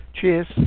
Cheers